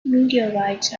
meteorites